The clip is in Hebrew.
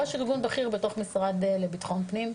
ראש ארגון בכיר בתוך המשרד לביטחון פנים,